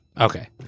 Okay